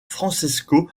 francesco